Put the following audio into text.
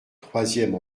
troisième